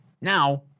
Now